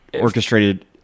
orchestrated